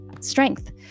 Strength